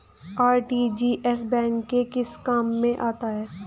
RTGS bank के किस काम में आता है?